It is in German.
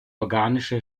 organische